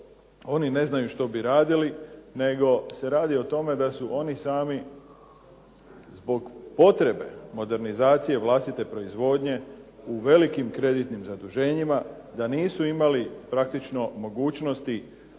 oni ne znaju što bi radili nego se radi o tome da su oni sami zbog potrebe modernizacije vlastite proizvodnje u velikim kreditnim zaduženjima da nisu imali praktično mogućnosti